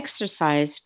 exercise